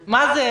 מה זה?